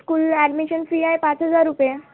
school admission fee आहे पाच हजार रुपये